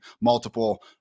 multiple